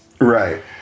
Right